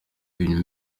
une